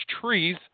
trees